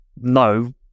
no